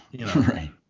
Right